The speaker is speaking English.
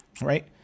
Right